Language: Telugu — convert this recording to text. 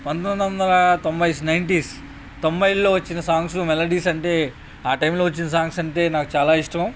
పంతొమ్మిది వందల తొంభై నైంటీస్ తొంభైలో వచ్చిన సాంగ్స్లో మెలోడీస్ అంటే ఆ టైంలో వచ్చిన సాంగ్స్ అంటే నాకు చాలా ఇష్టం